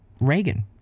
Reagan